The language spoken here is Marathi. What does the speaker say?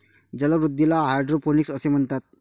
जलवृद्धीला हायड्रोपोनिक्स असे म्हणतात